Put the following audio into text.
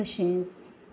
तशेंच